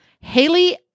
Haley